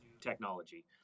technology